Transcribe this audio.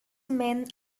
men